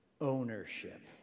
ownership